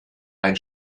ein